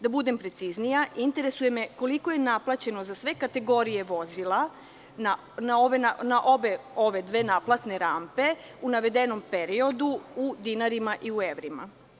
Da budem preciznija, interesuje me koliko je naplaćeno za sve kategorije vozila na obe ove naplatne rampe u navedenom periodu u dinarima i u evrima?